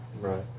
right